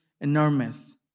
enormous